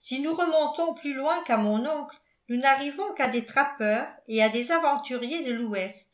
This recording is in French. si nous remontons plus loin qu'à mon oncle nous n'arrivons qu'à des trappeurs et à des aventuriers de l'ouest